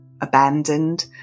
abandoned